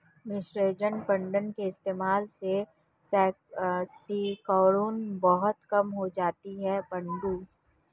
mercerised cotton के इस्तेमाल से सिकुड़न बहुत कम हो जाती है पिंटू